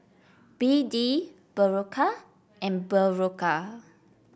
B D Berocca and Berocca